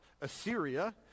Assyria